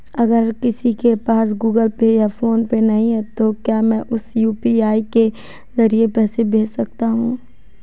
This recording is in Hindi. अगर किसी के पास गूगल पे या फोनपे नहीं है तो क्या मैं उसे यू.पी.आई के ज़रिए पैसे भेज सकता हूं?